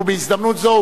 ובהזדמנות זו,